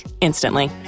instantly